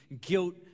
guilt